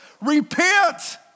repent